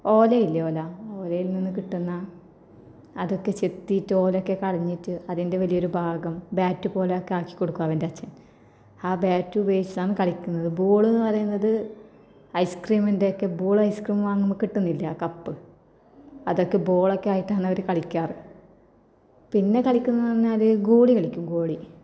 ഓലയില്ലേ ഓല ഓലയില്നിന്ന് കിട്ടുന്ന അതൊക്കെ ചെത്തിയിട്ടോലയൊക്കെ കളഞ്ഞിട്ട് അതിന്റെ വലിയൊരു ഭാഗം ബാറ്റു പോലെയൊക്കെ ആക്കിക്കൊടുക്കും അവന്റെച്ഛന് ആ ബാറ്റുപയോഗിച്ചാണ് കളിക്കുന്നത് ബോളെന്ന് പറയുന്നത് ഐസ് ക്രീമിൻ്റെയൊക്കെ ബോൾ ഐസ് ക്രീം വാങ്ങുമ്പോൾ കിട്ടുന്നില്ലേ ആ കപ്പ് അതൊക്കെ ബോളൊക്കെയായിട്ടാണ് അവർ കളിക്കാറ് പിന്നെ കളിക്കുന്നതെന്നാല് ഗോളി കളിക്കും ഗോളി